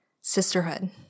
sisterhood